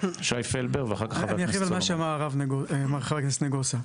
שי פלבר, ואחר כך חברת הכנסת סולומון.